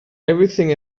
everything